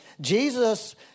Jesus